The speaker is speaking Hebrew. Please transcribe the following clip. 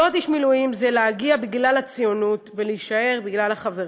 להיות איש מילואים זה להגיע בגלל הציונות ולהישאר בגלל החברים.